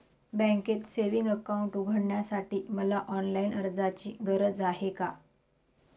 बँकेत savings account उघडण्यासाठी मला ऑनलाईन अर्जाची गरज आहे का?